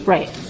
Right